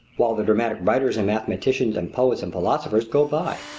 while the dramatic writers and mathematicians and poets and philosophers go by.